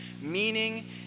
meaning